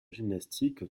gymnastique